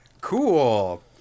Cool